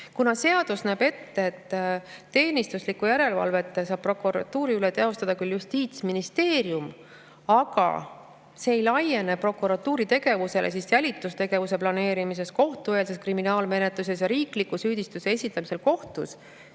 Seadus näeb ette, et teenistuslikku järelevalvet saab prokuratuuri üle teostada Justiitsministeerium, aga see ei laiene prokuratuuri tegevusele jälitustegevuse planeerimises, kohtueelses kriminaalmenetluses ja riikliku süüdistuse esindamisel kohtus